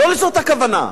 לא לזאת הכוונה.